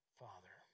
father